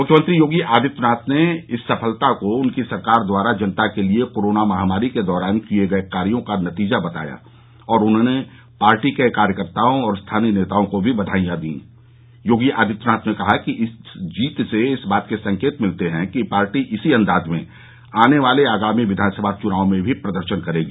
मुख्यमंत्री योगी आदित्यनाथ ने इस सफलता को उनकी सरकार द्वारा जनता के लिए कोरोना महामारी के दौरान किए गए कार्यो का नतीजा बताया उन्होंने पार्टी के कार्यकर्ताओं और स्थानीय नेताओं को भी बधाइयां दी योगी आदित्यनाथ ने कहा कि इस जीत से इस बात के संकेत मिलते हैं कि पार्टी इसी अंदाज में आने वाले आगामी विधानसभा चुनाव में भी प्रदर्शन करेगी